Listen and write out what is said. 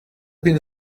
been